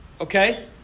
Okay